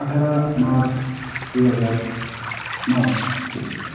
अठार मार्च दुई हजार नौ